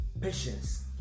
patience